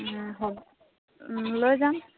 হ'ব লৈ যাম